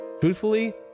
truthfully